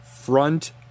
front